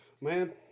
Man